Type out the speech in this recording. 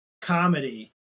comedy